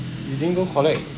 you didn't go collect